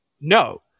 no